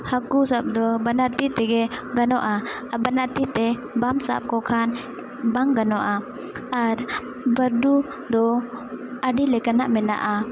ᱦᱟᱹᱠᱩ ᱥᱟᱵ ᱫᱚ ᱵᱟᱱᱟᱨ ᱛᱤ ᱛᱮᱜᱮ ᱜᱟᱱᱚᱜᱼᱟ ᱵᱟᱱᱟᱨ ᱛᱤᱛᱮ ᱵᱟᱢ ᱥᱟᱵ ᱠᱚ ᱠᱷᱟᱱ ᱵᱟᱝ ᱜᱟᱱᱚᱜᱼᱟ ᱟᱨ ᱵᱟᱹᱨᱰᱩ ᱫᱚ ᱟᱹᱰᱤ ᱞᱮᱠᱟᱱᱟᱜ ᱢᱮᱱᱟᱜᱼᱟ